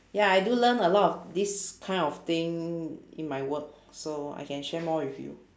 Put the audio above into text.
ya I do learn a lot of this kind of thing in my work so I can share more with you